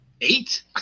eight